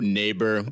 neighbor